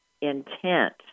intent